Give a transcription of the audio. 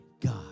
God